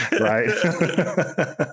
right